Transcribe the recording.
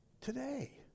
Today